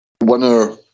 Winner